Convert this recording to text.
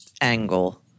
angle